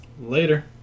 Later